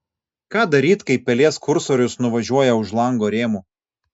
ką daryt kai pelės kursorius nuvažiuoja už lango rėmų